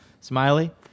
Smiley